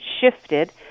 shifted